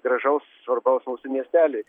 gražaus svarbaus mūsų miesteliui